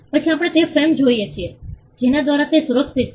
પછી આપણે તે ફોર્મ જોઈએ છીએ જેના દ્વારા તે સુરક્ષિત છે